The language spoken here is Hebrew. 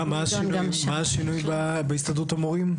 מה השינוי בהסתדרות המורים?